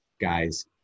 guys